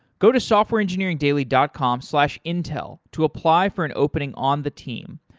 go to softwareengineeringdaily dot com slash intel to apply for an opening on the team.